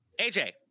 AJ